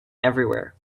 everywhere